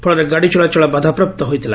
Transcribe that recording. ଫଳରେ ଗାଡ଼ି ଚଳାଚଳ ବାଧାପ୍ରାପ୍ତ ହୋଇଛି